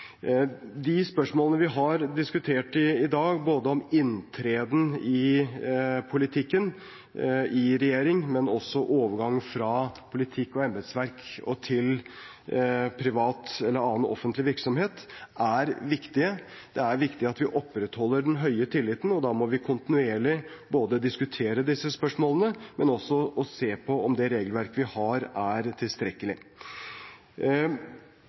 De spørsmålene vi har diskutert i dag – både om inntreden i politikken, i regjering, og om overgang fra politikk og embetsverk til privat eller annen offentlig virksomhet – er viktige. Det er viktig at vi opprettholder den høye tilliten. Da må vi kontinuerlig både diskutere disse spørsmålene og se på om det regelverket vi har, er tilstrekkelig.